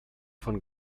von